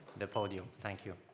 the podium. thank you.